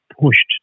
pushed